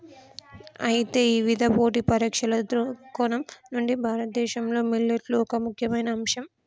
అయితే ఇవిధ పోటీ పరీక్షల దృక్కోణం నుండి భారతదేశంలో మిల్లెట్లు ఒక ముఖ్యమైన అంశం